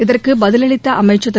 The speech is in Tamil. இதற்குப் பதிலளித்த அமைச்சர் திரு